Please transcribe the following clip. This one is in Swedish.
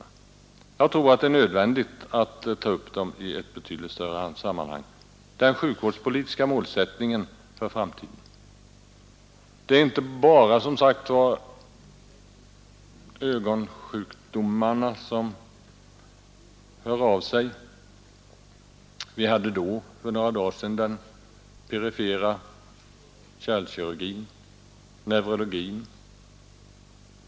Den sjukvårdspolitiska målsättningen för framtiden tror jag det är nödvändigt att man tar upp i ett betydligt större sammanhang. Det är inte bara ögonsjukdomarna som hör av sig. Vi hade för några dagar sedan uppe den perifera kärlkirurgin, neurologin.